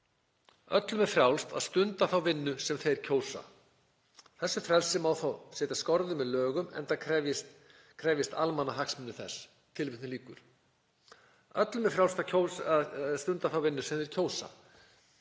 „Öllum er frjálst að stunda þá atvinnu sem þeir kjósa. Þessu frelsi má þó setja skorður með lögum, enda krefjist almannahagsmunir þess.“ Öllum er frjálst að stunda þá vinnu sem þeir kjósa.